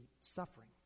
suffering